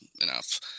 enough